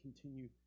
continue